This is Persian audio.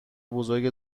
بزرگ